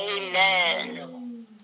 Amen